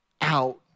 out